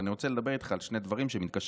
אבל אני רוצה לדבר איתך על שני דברים שמתקשרים